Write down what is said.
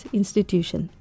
Institution